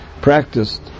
practiced